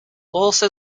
also